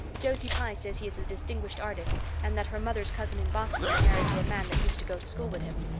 josie pye says he is a distinguished artist, and that her mother's cousin in boston is married to a man that used to go to school with him.